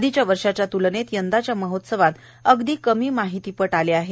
आधीच्या वर्षांच्या त्लनेत यंदाच्या महोत्सवात अगदी कमी माहितीपट आले आहेत